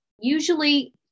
Usually